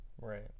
Right